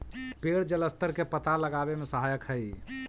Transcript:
पेड़ जलस्तर के पता लगावे में सहायक हई